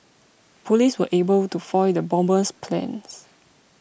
police were able to foil the bomber's plans